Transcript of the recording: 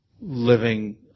living